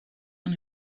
van